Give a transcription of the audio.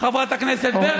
חבר הכנסת אכרם חסון,